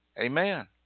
Amen